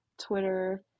Twitter